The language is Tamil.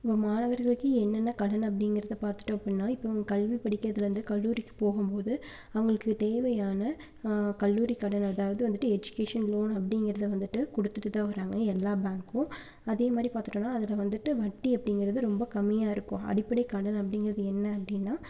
இப்போ மாணவர்களுக்கு என்னென்ன கடன் அப்படிங்கறத பார்த்துட்டோம் அப்படின்னா இப்போ கவிதை படிக்கிறதுலேருந்து கல்லூரிக்கு போகும்போது அவங்களுக்கு தேவையான கல்லூரி கடன் அதாவது வந்துட்டு எஜுகேஷன் லோன் அப்படிங்கிறத வந்துட்டு கொடுத்துட்டு தான் வராங்க எல்லாம் பேங்க்கும் அதே மாதிரி பார்த்துட்டோம்னா அதில் வந்துட்டு வட்டி அப்படிங்கிறது ரொம்ப கம்மியாக இருக்கும் அடிப்படை கடன் அப்படிங்கிறது என்ன அப்படின்னா